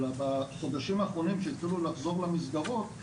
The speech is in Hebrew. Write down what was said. אלא בחודשים האחרונים שהתחילו לחזור למסגרות,